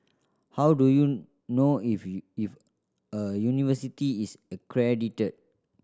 how do you know if if a university is accredited